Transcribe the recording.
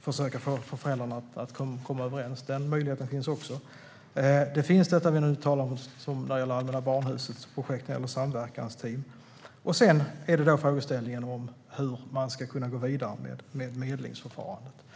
försöka få föräldrarna att komma överens. Det finns också det Allmänna Barnhusets projekt när det gäller samverkansteam. Sedan är då frågeställningen hur man ska kunna gå vidare med medlingsförfarandet.